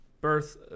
birth